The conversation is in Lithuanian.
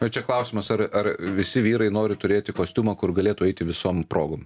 na čia klausimas ar ar visi vyrai nori turėti kostiumą kur galėtų eiti visom progom